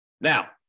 Now